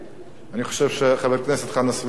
אני חושב שחבר הכנסת חנא סוייד טעה.